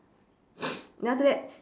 then after that